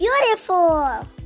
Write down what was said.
beautiful